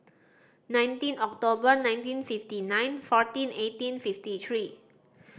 nineteen October nineteen fifty nine fourteen eighteen fifty three